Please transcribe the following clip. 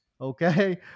Okay